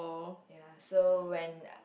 ya so when